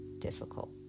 difficult